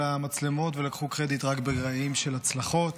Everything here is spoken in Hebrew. המצלמות ולקחו קרדיט רק ברגעים של הצלחות,